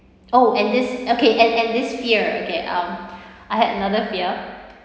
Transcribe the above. oh and this okay and and this fear okay um I had another fear